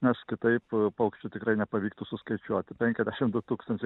nes kitaip paukščių tikrai nepavyktų suskaičiuoti penkiasdešim du tūkstančiai